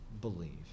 believe